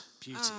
beauty